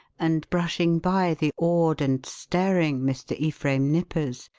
and brushing by the awed and staring mr. ephraim nippers,